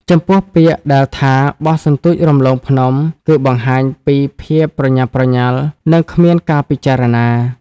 ចំពោះ ពាក្យដែលថា បោះសន្ទូចរំលងភ្នំ គឺបង្ហាញពីភាពប្រញាប់ប្រញាល់ និងគ្មានការពិចារណា។